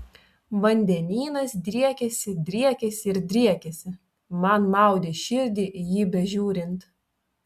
vandenynas driekėsi driekėsi ir driekėsi man maudė širdį į jį bežiūrint